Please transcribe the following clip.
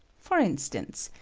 for instance,